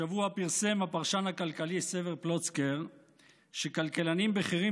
השבוע פרסם הפרשן הכלכלי סבר פלוצקר שכלכלנים בכירים